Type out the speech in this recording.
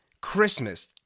Christmas